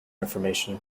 information